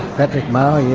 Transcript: patrick mau, yes.